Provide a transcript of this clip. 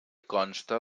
consta